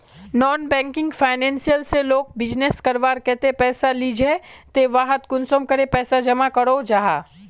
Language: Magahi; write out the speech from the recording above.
नॉन बैंकिंग फाइनेंशियल से लोग बिजनेस करवार केते पैसा लिझे ते वहात कुंसम करे पैसा जमा करो जाहा?